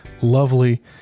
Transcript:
lovely